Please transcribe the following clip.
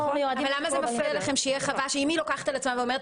--- אבל למה זה נופל עליכם?: אם חווה לוקחת על עצמה ואומרת